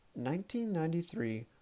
1993